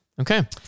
okay